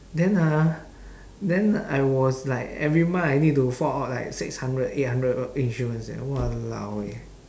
then ah then I was like every month I need to fork out like six hundred eight hundred of insurance leh !walao! eh